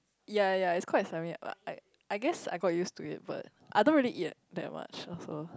ya ya it's quite slimy but I I guess I got used to it but I don't really eat that much also